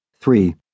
Three